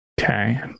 Okay